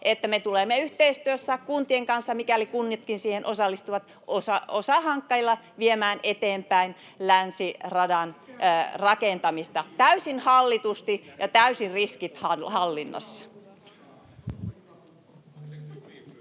että me tulemme yhteistyössä kuntien kanssa, mikäli kunnatkin siihen osallistuvat, osahankkeilla viemään eteenpäin länsiradan rakentamista täysin hallitusti ja täysin riskit hallinnassa.